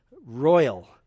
royal